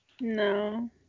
No